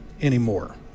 anymore